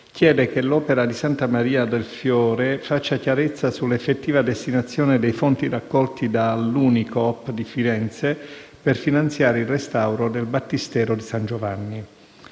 chiede che l'Opera di Santa Maria del Fiore faccia chiarezza sull'effettiva destinazione dei fondi raccolti dall'Unicoop di Firenze per finanziare il restauro del Battistero di San Giovanni.